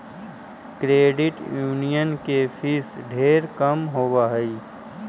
credit union के fees ढेर कम होब हई